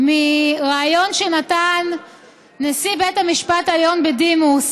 מריאיון שנתן נשיא בית המשפט, היום בדימוס,